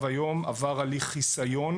היום עבר הליך חיסיון